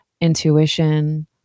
intuition